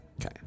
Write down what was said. okay